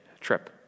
trip